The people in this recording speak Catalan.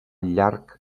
llarg